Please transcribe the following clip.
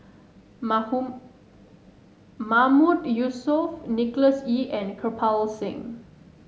Mahmood Yusof Nicholas Ee and Kirpal Singh